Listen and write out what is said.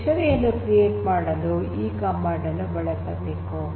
dictionary ಅನ್ನು create ಮಾಡಲು ಈ ಕಮಾಂಡ್ ಅನ್ನು ಬಳಸಬೇಕು